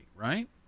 right